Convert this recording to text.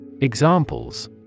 Examples